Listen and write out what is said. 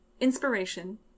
Inspiration